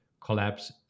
collapse